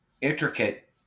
intricate